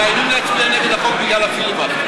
אנחנו מאיימים להצביע נגד החוק בגלל הפיליבסטר.